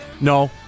No